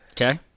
okay